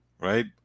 right